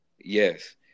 Yes